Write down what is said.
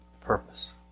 purpose